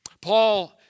Paul